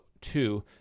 Two